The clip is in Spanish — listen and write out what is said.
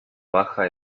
baja